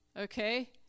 Okay